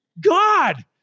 God